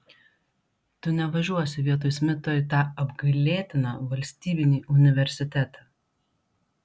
tu nevažiuosi vietoj smito į tą apgailėtiną valstybinį universitetą